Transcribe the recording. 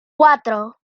cuatro